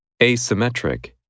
Asymmetric